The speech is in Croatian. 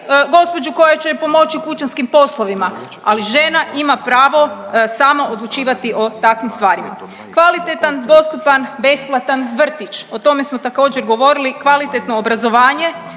gospođu koja će joj pomoći u kućanskim poslovima, ali žena ima pravo sama odlučivati o takvim stvarima. Kvalitetan, dostupan, besplatan vrtić. O tome smo također govorili. Kvalitetno obrazovanje,